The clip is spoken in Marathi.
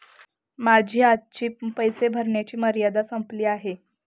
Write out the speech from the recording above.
माझी आजची पैसे भरण्याची मर्यादा संपली आहे